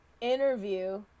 interview